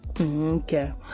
Okay